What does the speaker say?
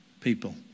people